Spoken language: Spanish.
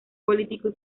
político